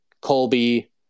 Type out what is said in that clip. Colby